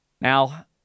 Now